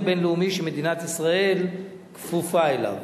בין-לאומי שמדינת ישראל כפופה אליו.